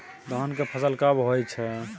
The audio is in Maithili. धान के फसल कब होय छै?